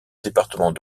département